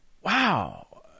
wow